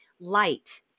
light